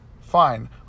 Fine